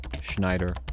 Schneider